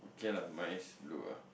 okay lah mine is blue ah